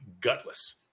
gutless